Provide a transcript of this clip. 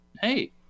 hey